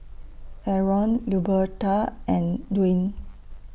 Arron Luberta and Dwaine